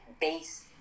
base